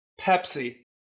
Pepsi